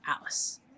Alice